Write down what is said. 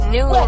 New